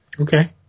Okay